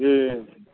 जी